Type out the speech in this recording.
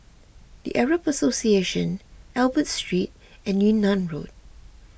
the Arab Association Albert Street and Yunnan Road